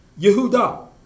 Yehuda